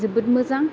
जोबोद मोजां